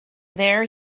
there